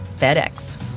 FedEx